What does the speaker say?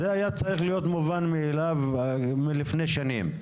זה היה צריך להיות מובן מאליו מלפני שנים,